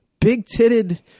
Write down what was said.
big-titted-